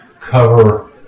cover